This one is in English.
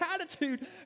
attitude